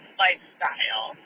lifestyle